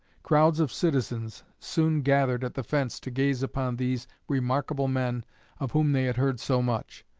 crowds of citizens soon gathered at the fence to gaze upon these remarkable men of whom they had heard so much.